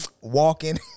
walking